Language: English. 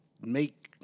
make